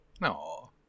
No